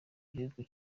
gihugu